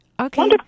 Okay